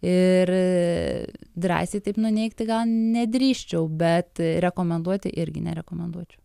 ir drąsiai taip nuneigti gal nedrįsčiau bet rekomenduoti irgi nerekomenduočiau